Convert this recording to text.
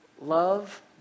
love